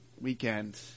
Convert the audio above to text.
weekend